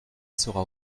sera